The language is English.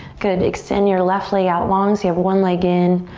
good, extend your left leg out long. so you have one leg in,